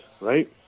right